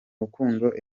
rukundo